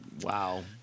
Wow